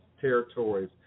territories